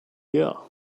here